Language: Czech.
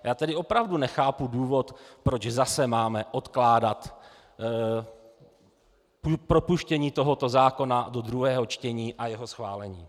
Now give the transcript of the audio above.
Já tedy opravdu nechápu důvod, proč zase máme odkládat propuštění tohoto zákona do druhého čtení a jeho schválení.